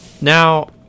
Now